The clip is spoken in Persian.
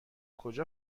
کجا